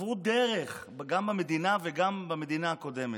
דרך גם במדינה וגם במדינה הקודמת.